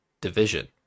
division